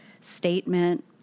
statement